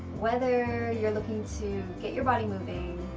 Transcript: whether you're looking to get your body moving,